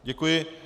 Děkuji.